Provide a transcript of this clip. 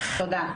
תודה.